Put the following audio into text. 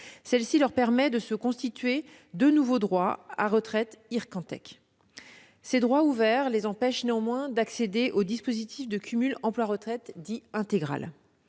Celle-ci leur permet de se constituer de nouveaux droits à retraite Ircantec. Ces droits ouverts les empêchent néanmoins d'accéder aux dispositifs de cumul d'emploi-retraite dit intégral.